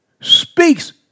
speaks